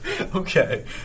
Okay